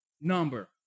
number